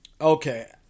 okay